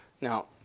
Now